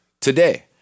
today